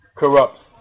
corrupts